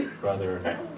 brother